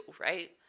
right